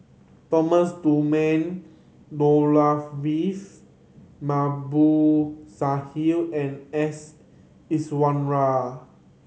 Thomas Dunman Babu Sahib and S Iswaran